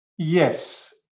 Yes